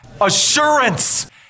assurance